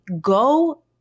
Go